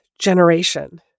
generation